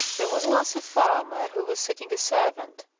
there was once a farmer who was seeking a servant,